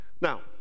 Now